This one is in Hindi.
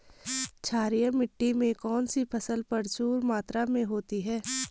क्षारीय मिट्टी में कौन सी फसल प्रचुर मात्रा में होती है?